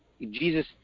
Jesus